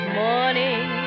morning